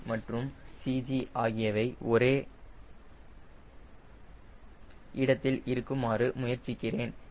c மற்றும் CG ஆகியவை ஒரே இடத்தில் இருக்குமாறு முயற்சிக்கிறேன்